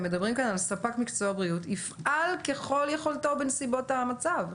הם מדברים כאן על ספק מקצוע הבריאות שיפעל ככל יכולתו בנסיבות המצב.